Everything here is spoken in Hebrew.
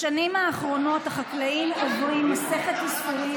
בשנים האחרונות החקלאים עוברים מסכת ייסורים